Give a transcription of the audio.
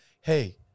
hey